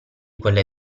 quelle